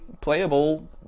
playable